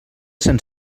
sant